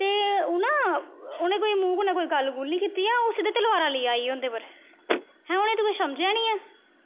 ते ओह् ना ते उनें कोई मूंह् कन्नै कोई गल्ल निं कीती ऐ ओह् सिद्धे तलवारां लेइयै आई जंदे पर हैं उनेंगी ते कोई समझ गै निं ऐ